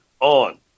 on